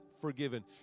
forgiven